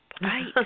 Right